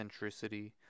centricity